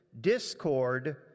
discord